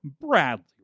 Bradley